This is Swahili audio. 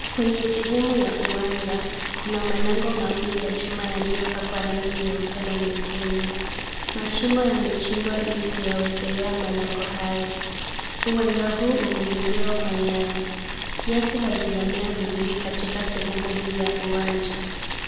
Kwenye sehemu ya uwanja kuna malango ya chuma yaliyopakwa rangi nyeupe na nyekundu. Mashimo yamechimbwa ili kuyawekelea malango hayo. Uwanja huu umezingirwa kwa nyaya. Nyasi hazijamea vizuri katika sehemu hii ya uwanja.